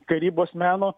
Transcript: karybos meno